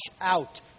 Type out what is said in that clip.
out